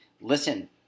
listen